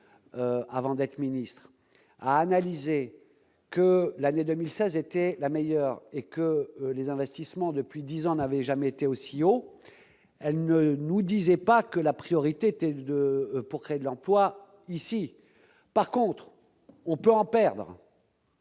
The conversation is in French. avant d'être ministre, analysé que l'année 2016 était la meilleure et que les investissements depuis 10 ans, n'avait jamais été aussi haut, elle ne nous disait pas que la priorité était de de. Pour créer de l'emploi ici, par contre, on peut en perdre.